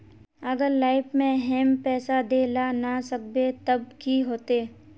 अगर लाइफ में हैम पैसा दे ला ना सकबे तब की होते?